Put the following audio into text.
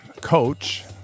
coach